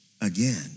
again